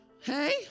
Hey